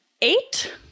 Eight